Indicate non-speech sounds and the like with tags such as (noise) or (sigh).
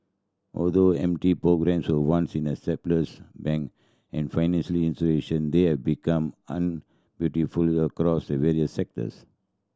although M T programmes were once a (unintelligible) of bank and financial institution they have become (unintelligible) across various sectors